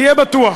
תהיה בטוח,